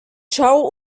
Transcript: schau